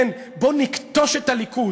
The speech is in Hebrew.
כן, בואו נכתוש את הליכוד,